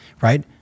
Right